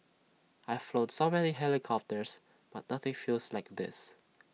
I've flown so many helicopters but nothing feels like this